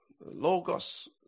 Logos